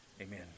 Amen